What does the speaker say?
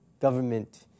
government